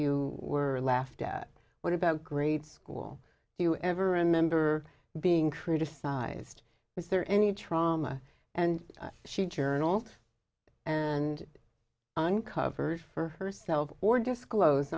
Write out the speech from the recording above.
you were laughed at what about grade school do you ever remember being criticized was there any trauma and she journal and uncovers for herself or disclose